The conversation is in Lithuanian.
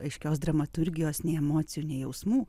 aiškios dramaturgijos nei emocijų nei jausmų